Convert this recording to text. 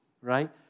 Right